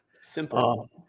Simple